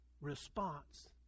response